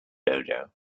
dodo